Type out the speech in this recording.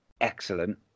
excellent